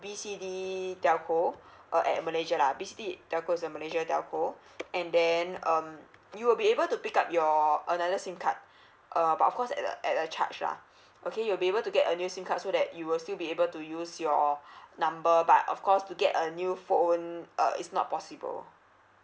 B C D telco uh at malaysia lah B C D telco is a malaysia telco and then um you will be able to pick up your another SIM card uh but of course at a at a charge lah okay you'll be able to get a new SIM card so that you will still be able to use your number but of course to get a new phone uh it's not possible